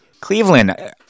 Cleveland